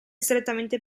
strettamente